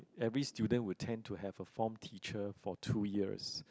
every student will tend to have a form teacher for two years